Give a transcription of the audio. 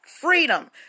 Freedom